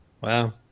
Wow